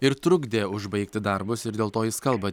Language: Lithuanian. ir trukdė užbaigti darbus ir dėl to jis kalba